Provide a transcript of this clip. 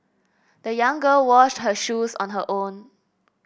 the young girl washed her shoes on her own